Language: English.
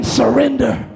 surrender